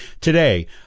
Today